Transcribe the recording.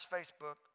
Facebook